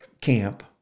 camp